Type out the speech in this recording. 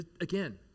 Again